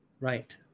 Right